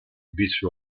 beach